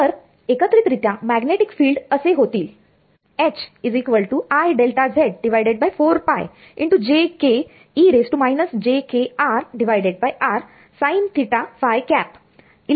तर एकत्रित रित्या मॅग्नेटिक फिल्ड असे होतात